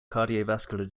cardiovascular